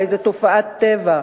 באיזה תופעת טבע.